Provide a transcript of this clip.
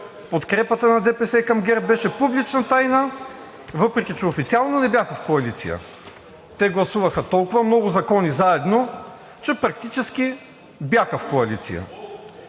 подкрепата на ДПС към ГЕРБ беше публична тайна, въпреки че официално не бяха в коалиция, те гласуваха толкова много закони заедно, че практически бяха в коалиция.